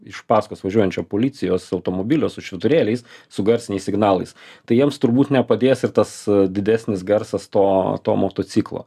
iš pasakos važiuojančio policijos automobilio su švyturėliais su garsiniais signalais tai jiems turbūt nepadės ir tas didesnis garsas to to motociklo